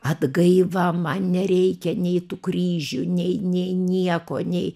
atgaiva man nereikia nei tų kryžių nei nei nieko nei